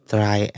Try